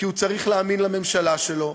כי הוא צריך להאמין לממשלה שלו,